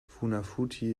funafuti